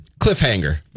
cliffhanger